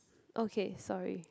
okay sorry